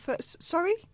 Sorry